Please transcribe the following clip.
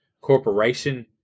corporation